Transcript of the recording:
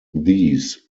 these